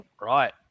Right